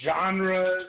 genres